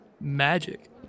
Magic